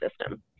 system